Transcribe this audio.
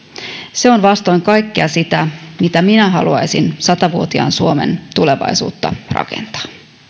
se on vastoin kaikkea sitä miten minä haluaisin sata vuotiaan suomen tulevaisuutta rakentaa